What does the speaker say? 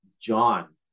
John